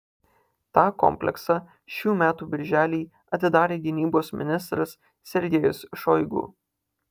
tą kompleksą šių metų birželį atidarė gynybos ministras sergejus šoigu